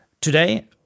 today